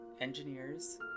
engineers